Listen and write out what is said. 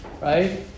right